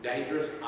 Dangerous